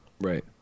Right